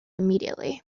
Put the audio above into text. immediately